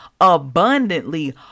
abundantly